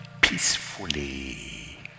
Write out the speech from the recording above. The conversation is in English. peacefully